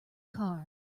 car